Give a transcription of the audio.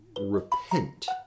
repent